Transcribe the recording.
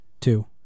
two